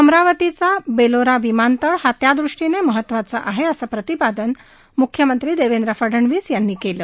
अमरावतीचा बेलोरा विमानतळ हा त्या दृष्टीनं महत्वाचा आहे असं प्रतिपादन म्ख्यमंत्री देवेंद्र फडणवीस यांनी केलं